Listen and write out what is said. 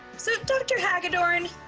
so dr. hagadorn,